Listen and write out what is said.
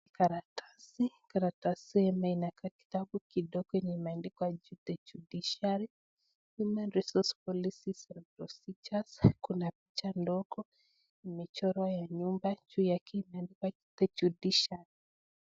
Karatasi, karatasi ambayo inakaa kitabu kidogo yenye imeandikwa The Judiciary human resource basis and procedures ,kuna picha ndogo, imechorwa nyumba, juu yake imeandikwa The Judiciary .